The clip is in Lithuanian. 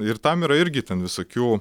ir tam yra irgi ten visokių